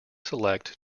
select